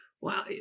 Wow